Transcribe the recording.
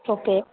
okay